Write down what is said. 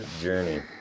journey